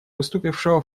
выступившего